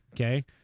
Okay